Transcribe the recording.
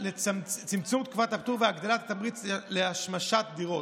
צמצום תקופת הפטור והגדלת התמריץ להשמשת דירות.